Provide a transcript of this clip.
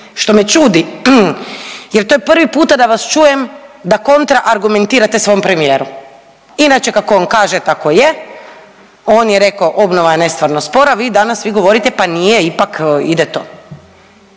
što me čudi jer to je prvi puta da vas čujem da kontra argumentirate svom premijeru, inače kako on kaže tako je on je rekao obnova je nestvarno spora, vi danas svi govorite pa nije ipak ide to.